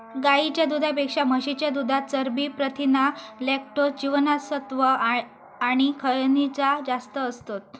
गाईच्या दुधापेक्षा म्हशीच्या दुधात चरबी, प्रथीना, लॅक्टोज, जीवनसत्त्वा आणि खनिजा जास्त असतत